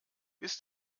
ist